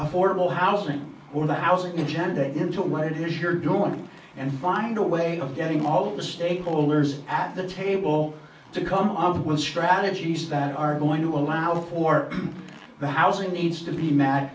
affordable housing or the house intended into what it is you're doing and find a way of getting all the stakeholders at the table to come up with strategies that are going to allow for the housing needs to be mad